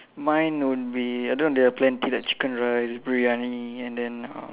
mine would be I don't know there are plenty like chicken rice briyani and then uh